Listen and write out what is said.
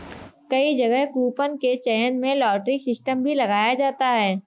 कई जगह कूपन के चयन में लॉटरी सिस्टम भी लगाया जाता है